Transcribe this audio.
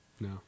No